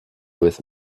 with